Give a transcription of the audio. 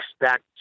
expect